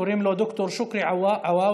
קוראים לו ד"ר שוכרי עואודה,